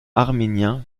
arméniens